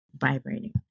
Vibrating